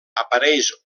apareix